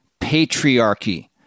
patriarchy